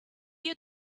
your